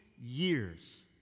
years